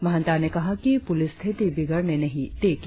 महंता ने कहा कि पुलिस स्थिति बिगड़ने नही देगी